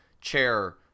chair